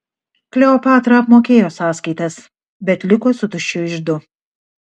kleopatra apmokėjo sąskaitas bet liko su tuščiu iždu